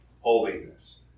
holiness